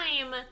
time